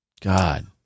God